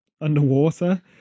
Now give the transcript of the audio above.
underwater